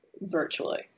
virtually